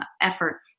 effort